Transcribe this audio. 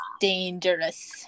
dangerous